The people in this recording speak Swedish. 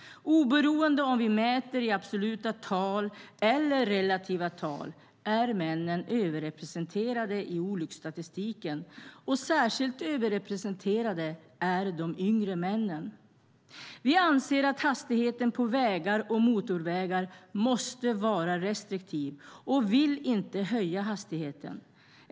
Oberoende om vi mäter i absoluta eller relativa tal är männen överrepresenterade i olycksstatistiken, och särskilt överrepresenterade är de yngre männen. Vi anser att hastigheten på vägar och motorvägar måste vara restriktiv och vill inte höja hastighetsgränserna.